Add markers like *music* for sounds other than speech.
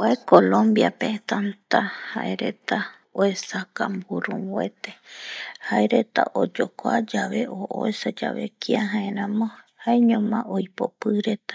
﻿Kuae colombiape tanta jaereta oesaka mboromboete *noise* jaereta oyokua yave o oesayave kia jaeramo jaeñoma oipopi reta,